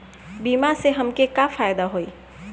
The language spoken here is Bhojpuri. बीमा से हमके का फायदा होई?